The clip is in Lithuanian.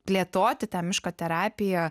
plėtoti tą miško terapiją